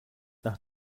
nach